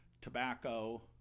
tobacco